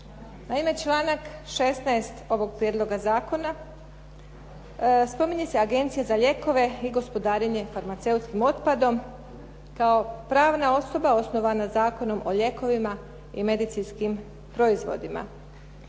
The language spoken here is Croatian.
Naime, članak 16. ovog prijedloga zakona spominje se Agencija za lijekove i gospodarenje farmaceutskim otpadom kao pravna osoba osnovana Zakonom o lijekovima i medicinskim proizvodima,